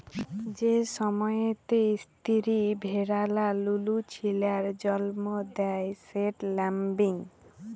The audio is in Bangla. যে সময়তে ইস্তিরি ভেড়ারা লুলু ছিলার জল্ম দেয় সেট ল্যাম্বিং